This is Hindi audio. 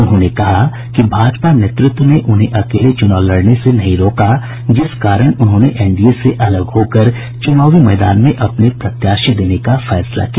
उन्होंने कहा कि भाजपा नेतृत्व ने उन्हें अकेले चुनाव लड़ने से नहीं रोका जिस कारण उन्होंने एनडीए से अलग होकर चुनावी मैदान में अपने प्रत्याशी देने का फैसला किया